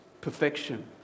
perfection